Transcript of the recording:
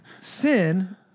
sin